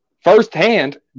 firsthand